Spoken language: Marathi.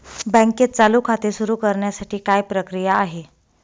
बँकेत चालू खाते सुरु करण्यासाठी काय प्रक्रिया आहे?